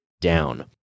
down